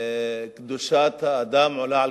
קדושת האדם עולה על